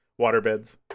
Waterbeds